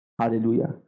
Hallelujah